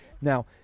Now